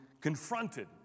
confronted